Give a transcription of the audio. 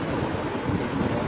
तो यह v0 3 i है